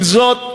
עם זאת,